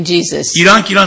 Jesus